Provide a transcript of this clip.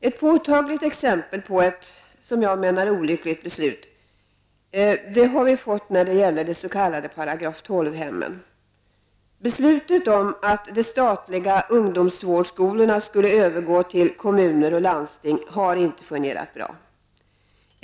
Ett påtagligt exempel på ett olyckligt beslut har vi fått när det gäller de s.k. § 12-hemmen. Beslutet om att de statliga ungdomsvårdsskolorna skulle övergå till kommuner och landsting har inte fungerat bra.